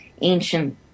ancient